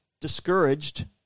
discouraged